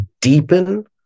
deepen